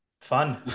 fun